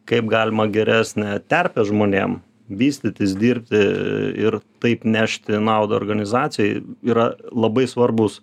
kaip galima geresnę terpę žmonėm vystytis dirbti ir taip nešti naudą organizacijai yra labai svarbūs